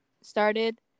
started